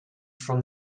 from